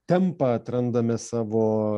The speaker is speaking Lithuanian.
tempą atrandame savo